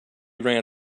run